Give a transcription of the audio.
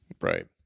Right